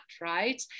right